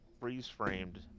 freeze-framed